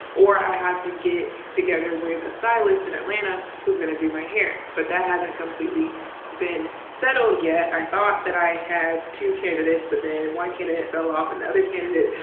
or i have to get together with a stylist in atlanta who's going to do my hair. but that hasn't completely been settled yet. i thought that i had two candidates but then one candidate fell off and the other candidate.